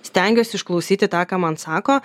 stengiuosi išklausyti tą ką man sako